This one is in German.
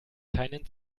keinen